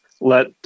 let